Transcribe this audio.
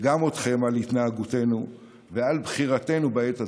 וגם אתכם, על התנהגותנו ועל בחירתנו בעת הזאת.